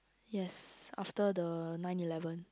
yes after the nine eleven